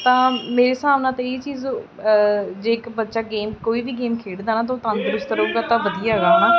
ਤਾਂ ਮੇਰੇ ਹਿਸਾਬ ਨਾਲ ਤਾਂ ਇਹ ਚੀਜ਼ ਜੇ ਇੱਕ ਬੱਚਾ ਗੇਮ ਕੋਈ ਵੀ ਗੇਮ ਖੇਡਦਾ ਨਾ ਤਾਂ ਉਹ ਤੰਦਰੁਸਤ ਰਹੂਗਾ ਤਾਂ ਵਧੀਆ ਹੈਗਾ ਹੈ ਨਾ